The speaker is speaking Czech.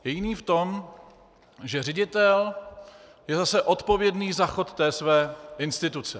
Je jiný v tom, že ředitel je zase odpovědný za chod té své instituce.